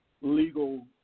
legal